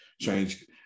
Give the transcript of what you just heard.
change